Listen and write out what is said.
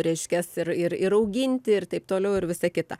reiškias ir ir ir auginti ir taip toliau ir visa kita